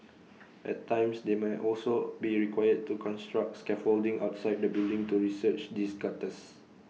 at times they may also be required to construct scaffolding outside the building to research these gutters